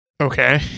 Okay